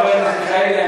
חבר הכנסת מיכאלי,